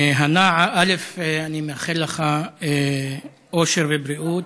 אני מאחל לך אושר ובריאות,